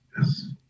Yes